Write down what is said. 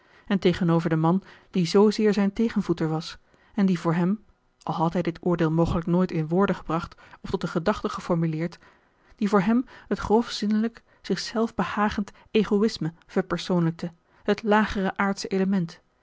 en tegenover den man die zoozeer zijn tegenvoeter was en die voor hem al had hij dit oordeel mogelijk nooit in woorden gebracht of tot eene gedachte geformuleerd die voor hem het grof zinnelijk zich zelf behagend egoïsme verpersoonlijkte het lagere aardsche element